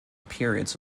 periods